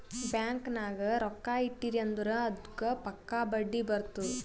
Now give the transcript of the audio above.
bank ನಾಗ್ ರೊಕ್ಕಾ ಇಟ್ಟಿರಿ ಅಂದುರ್ ಅದ್ದುಕ್ ಪಕ್ಕಾ ಬಡ್ಡಿ ಬರ್ತುದ್